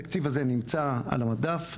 התקציב הזה נמצא על המדף,